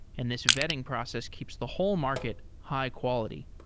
and this vetting process keeps the whole market high-quality.